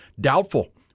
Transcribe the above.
doubtful